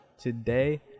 today